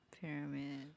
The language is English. pyramid